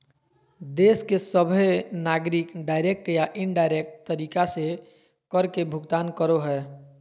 देश के सभहे नागरिक डायरेक्ट या इनडायरेक्ट तरीका से कर के भुगतान करो हय